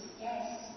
Yes